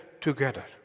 together